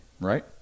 Right